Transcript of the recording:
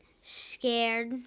Scared